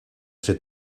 ser